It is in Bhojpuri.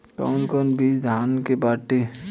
कौन कौन बिज धान के बाटे?